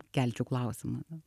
kelčiau klausimą